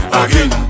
again